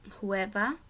whoever